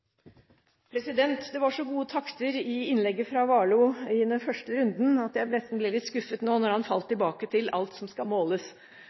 Det var så gode takter i innlegget til Warloe i den første runden at jeg nesten ble litt skuffet når han nå falt tilbake til alt som skal måles,